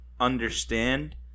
understand